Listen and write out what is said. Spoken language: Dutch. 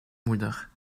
moeder